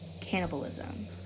cannibalism